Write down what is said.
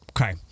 Okay